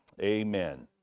amen